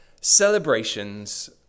celebrations